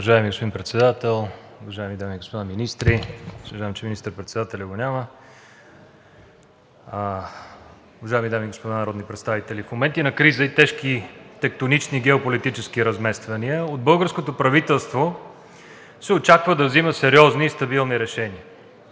Уважаеми господин Председател, уважаеми дами и господа министри! Съжалявам, че министър-председателят го няма. Уважаеми дами и господа народни представители! В моменти на криза и тежки тектонични геополитически размествания от българското правителство се очаква да взима сериозни и стабилни решения.